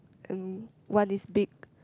and one is big